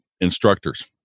instructors